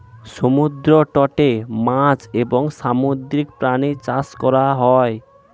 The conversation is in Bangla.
সমুদ্র তটে মাছ এবং সামুদ্রিক প্রাণী চাষ করা হয়